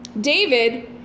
David